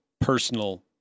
personal